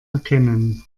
erkennen